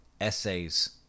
essays